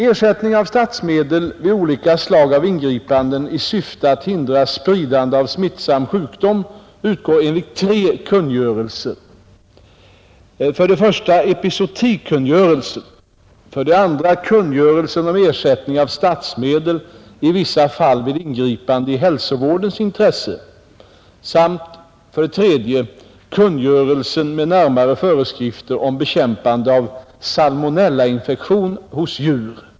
Ersättning av statsmedel vid olika slag av ingripanden i syfte att hindra spridande av smittsam sjukdom utgår enligt tre kungörelser, för det första epizootikungörelsen, för det andra kungörelsen om ersättning av statsmedel i vissa fall vid ingripanden i hälsovårdens intresse samt för det tredje kungörelsen med närmare föreskrifter om bekämpande av salmonellainfektion hos djur.